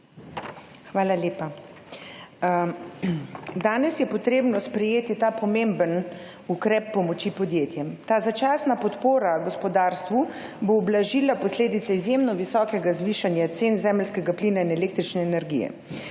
Hvala lepa. Danes je potrebno sprejeti ta pomemben ukrep pomoči podjetjem. Ta začasna podpora gospodarstvu bo ublažila posledice izjemno visokega zvišanja cen zemeljskega plina in električne energije.